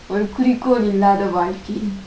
ஒறு குரிக்கோள் இல்லாத வாழ்க்கை:oru kurikol illatha vaalkai